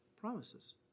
Promises